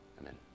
Amen